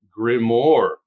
Grimoire